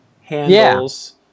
handles